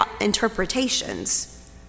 interpretations